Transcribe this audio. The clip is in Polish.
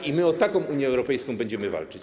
I my o taką Unię Europejską będziemy walczyć.